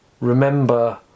remember